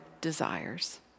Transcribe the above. desires